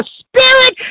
spirit